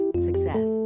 Success